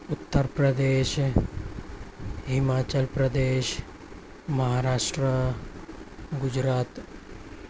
Uttar Pradesh Himachal Pradesh Maharashtra Gujarat